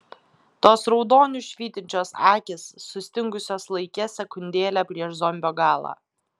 tos raudoniu švytinčios akys sustingusios laike sekundėlę prieš zombio galą